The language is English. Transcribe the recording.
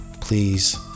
Please